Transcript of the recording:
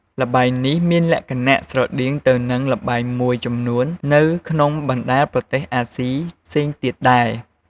ល្បែងនេះមានលក្ខណៈស្រដៀងទៅនឹងល្បែងមួយចំនួននៅក្នុងបណ្ដាប្រទេសអាស៊ីផ្សេងទៀតដែរ។